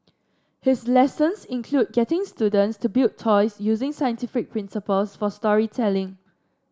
his lessons include getting students to build toys using scientific principles for storytelling